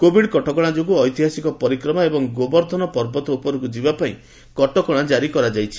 Covid କଟକଣା ଯୋଗୁଁ ଐତିହାସିକ ପରିକ୍ରମା ଏବଂ ଗୋବର୍ଦ୍ଧନ ପର୍ବତ ଉପରକୁ ଯିବାପାଇଁ କଟକଣା ଜାରି କରାଯାଇଛି